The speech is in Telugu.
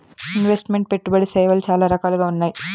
ఇన్వెస్ట్ మెంట్ పెట్టుబడి సేవలు చాలా రకాలుగా ఉన్నాయి